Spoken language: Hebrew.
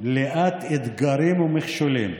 מלאת אתגרים ומכשולים,